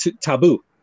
taboo